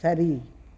சரி